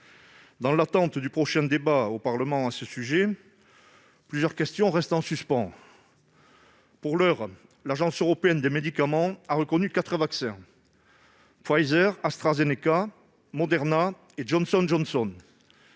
Dans l'attente du prochain débat au Parlement à ce sujet, plusieurs questions restent en suspens. Pour l'heure, l'Agence européenne du médicament a reconnu quatre vaccins : Pfizer, AstraZeneca, Moderna et Johnson & Johnson.